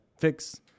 fix